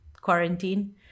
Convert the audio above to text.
quarantine